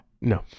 No